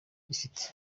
ifite